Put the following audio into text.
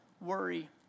worry